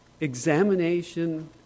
Examination